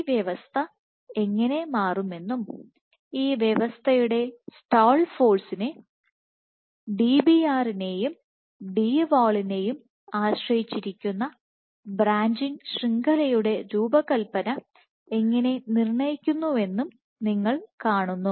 ഈ വ്യവസ്ഥ എങ്ങിനെ മാറുമെന്നും ഈ വ്യവസ്ഥയുടെ സ്റ്റാൾ ഫോഴ്സിനെ Dbr നെയും Dwall നെയും ആശ്രയിച്ചിരിക്കുന്ന ബ്രാഞ്ചിംഗ് ശൃംഖലയുടെ രൂപകല്പന എങ്ങനെ നിർണ്ണയിക്കുന്നുവെന്നും നിങ്ങൾ കാണുന്നു